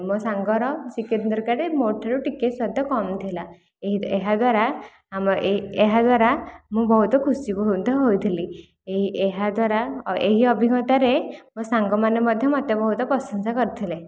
ମୋ ସାଙ୍ଗର ଚିକେନ ତରକାରୀ ମୋ ଠାରୁ ଟିକେ ସ୍ୱାଦ କମ ଥିଲା ଏହାଦ୍ୱାରା ଏହାଦ୍ୱାରା ମୁଁ ବହୁତ ଖୁସି ବି ମଧ୍ୟ ହୋଇଥିଲି ଏହାଦ୍ୱାରା ଏହି ଅଭିଜ୍ଞାତାରେ ମୋ ସାଙ୍ଗମାନେ ମଧ୍ୟ ମୋତେ ବହୁତ ପ୍ରଶଂସା କରିଥିଲେ